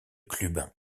clubin